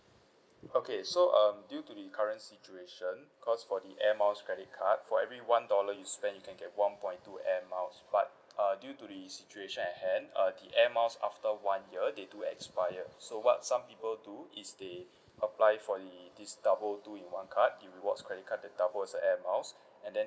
okay so um due to the current situation cause for the air miles credit card for every one dollar you spend you can get one point two air miles but uh due to the situation at hand uh the air miles after one year they do expire so what some people do is they apply for the this double two in one card the rewards credit cards that doubles as a air miles and then